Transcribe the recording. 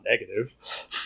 negative